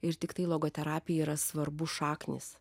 ir tiktai logoterapijai yra svarbus šaknys